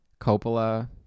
coppola